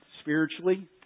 spiritually